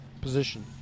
position